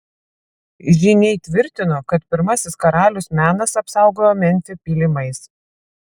žyniai tvirtino kad pirmasis karalius menas apsaugojo memfį pylimais